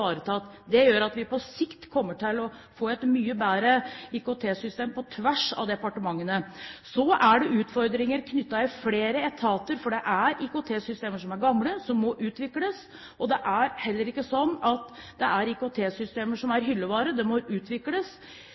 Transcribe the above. Det gjør at vi på sikt kommer til å få et mye bedre IKT-system på tvers av departementene. Det er utfordringer knyttet til flere etater. Det er IKT-systemer som er gamle, som må utvikles. Det er heller ikke sånn at IKT-systemer er hyllevarer. De må utvikles. Nav er